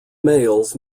males